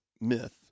myth